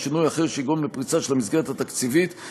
או שינוי אחר שיגרום לפריצה של המסגרת התקציבית,